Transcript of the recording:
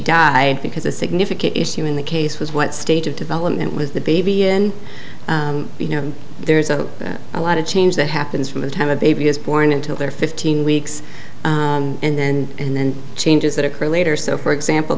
die because a significant issue in the case was what stage of development was the baby in you know there's a lot of change that happens from the time a baby is born until they're fifteen weeks and then changes that occur later so for example